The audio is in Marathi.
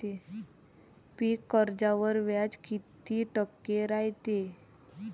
पीक कर्जावर व्याज किती टक्के रायते?